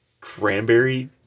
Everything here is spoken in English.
cranberry